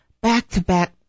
back-to-back